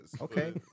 Okay